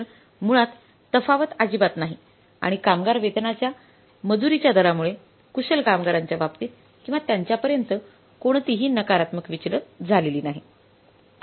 तर मुळात तफावत अजिबात नाही आणि कामगार वेतनाच्या मजुरीच्या दरामुळे कुशल कामगारांच्या बाबतीत किंवा त्यांच्यापर्यंत कोणतीही नकारात्मक विचलन झालेली नाही